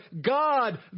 God